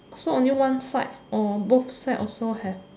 so only one side or both side also have